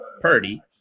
Purdy